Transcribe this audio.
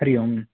हरिः ओम्